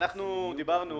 אנחנו דיברנו